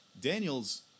Daniels